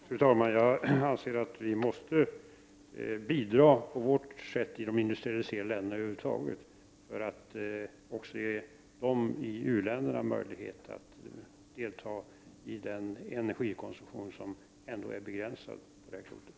Fru talman! Jag anser att vi i de industrialiserade länderna över huvud taget måste bidra på vårt sätt för att också ge utvecklingsländerna möjlighet att delta i den energikonsumtion som är begränsad på det här klotet.